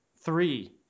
Three